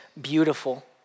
beautiful